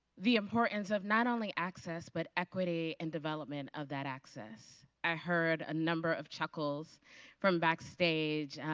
the importance of not only access but equity and development of that access. i heard a number of chuckles from back stage,